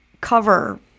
cover